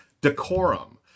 Decorum